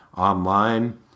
Online